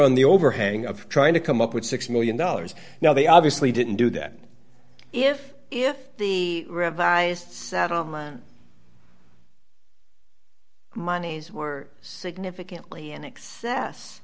on the overhang of trying to come up with six million dollars now they obviously didn't do that if if the rabbis sat on my moneys were significantly in excess